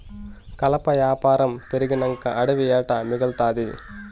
కలప యాపారం పెరిగినంక అడివి ఏడ మిగల్తాది